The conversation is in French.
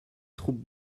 troupes